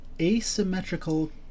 asymmetrical